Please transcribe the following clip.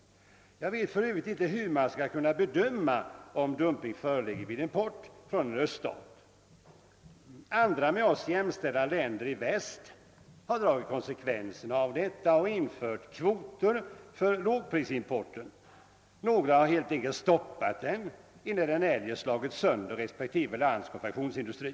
Jag vet för övrigt inte hur man skall bedöma om dumping föreligger vid import från en öststat. Andra med oss jämställda länder i väst har dragit konsekvenser av detta och infört kvoter för lågprisimporten. Några har helt enkelt stoppat den, enär den eljest skulle ha slagit sönder det egna landets konfektionsindustri.